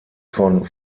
von